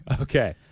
Okay